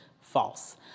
false